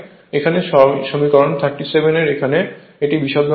এখানে সমীকরণ 37 এর এখানে এটি বিশদভাবে দেওয়া রয়েছে